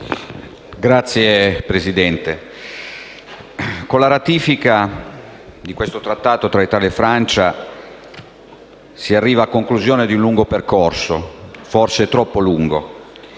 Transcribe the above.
Signor Presidente, con la ratifica di questo Accordo tra Italia e Francia si arriva a conclusione di un lungo percorso - forse troppo lungo